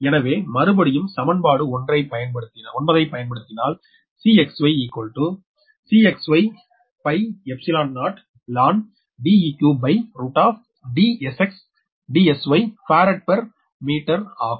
எனவே மறுபடியம் சமன்பாடு 9 பயன்படுத்தினால் Cxy0ln DeqDsxDsyபாரட் பெர் மீட்டர் ஆகும்